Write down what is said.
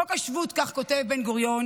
חוק השבות, כך כותב בן-גוריון,